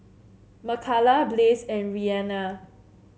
Makala Blaze and Rhianna